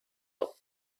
top